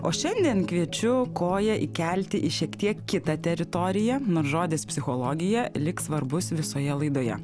o šiandien kviečiu koją įkelti į šiek tiek kitą teritoriją nors žodis psichologija lyg svarbus visoje laidoje